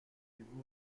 niveau